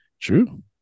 True